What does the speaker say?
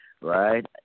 right